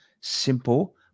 simple